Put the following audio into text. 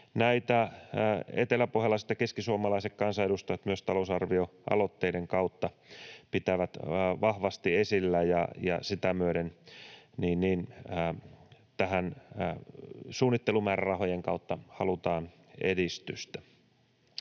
Näitä eteläpohjalaiset ja keskisuomalaiset kansanedustajat myös talousarvioaloitteiden kautta pitävät vahvasti esillä, ja sitä myöden tähän suunnittelumäärärahojen kautta halutaan edistystä.